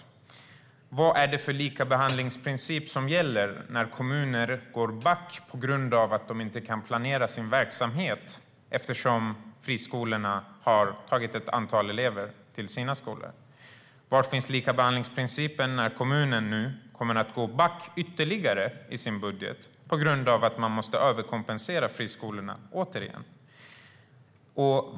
Vad är det för likabehandlingsprincip som gäller när kommuner går back på grund av att de inte kan planera sin verksamhet, eftersom friskolorna har tagit ett antal elever till sina skolor? Var finns likabehandlingsprincipen när kommuner nu kommer att gå back ytterligare i sin budget på grund av att de återigen måste överkompensera friskolorna?